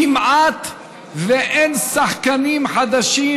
כמעט אין שחקנים חדשים,